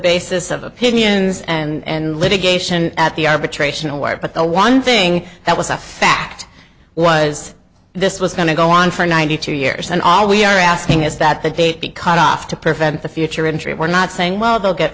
basis of opinions and litigation at the arbitration away but the one thing that was a fact was this was going to go on for ninety two years and all we are asking is that the date be cut off to prevent the future injury we're not saying well they'll get